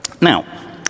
Now